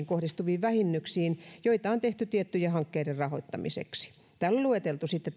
kohdistuviin vähennyksiin joita on tehty tiettyjen hankkeiden rahoittamiseksi mietinnössä on sitten